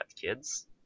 kids